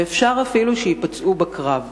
ואפשר אפילו שייפצעו בקרב.